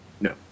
No